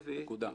נקודה.